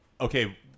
okay